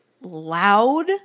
loud